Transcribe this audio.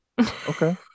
Okay